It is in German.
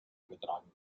übertragen